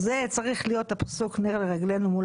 הפסוק הזה צריך להיות נר לרגלינו מול